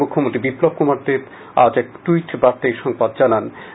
মুখ্যমন্ত্রী বিপ্লব কুমার দেব আজ এক টুইট বার্তায় এই সংবাদ জানিয়েছেন